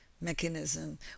mechanism